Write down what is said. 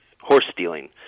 horse-stealing